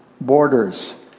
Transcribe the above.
Borders